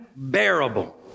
bearable